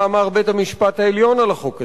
מה אמר בית-המשפט העליון על החוק הזה?